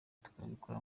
tukabikora